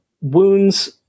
wounds